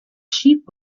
sheep